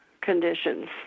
conditions